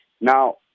Now